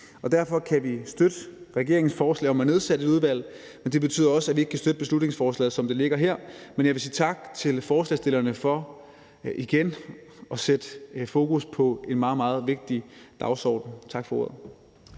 Derfor kan vi støtte regeringens forslag om at nedsætte et udvalg. Det betyder også, at vi ikke kan støtte beslutningsforslaget, som det ligger her, men jeg vil sige tak til forslagsstillerne for igen at sætte fokus på en meget, meget vigtig dagsorden. Tak for ordet.